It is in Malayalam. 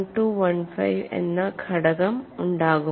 1215 എന്ന ഘടകം ഉണ്ടാകും